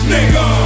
Nigga